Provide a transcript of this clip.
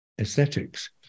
aesthetics